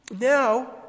Now